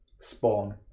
spawn